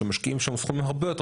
שמשקיעים שם סכומים הרבה יותר